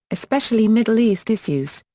especially middle east issues.